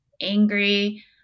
angry